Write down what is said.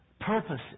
purposes